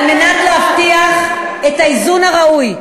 על מנת להבטיח את האיזון הראוי,